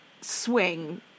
swing